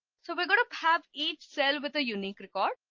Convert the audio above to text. so we're going to have each cell with a unique record.